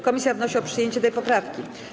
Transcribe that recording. Komisja wnosi o przyjęcie tej poprawki.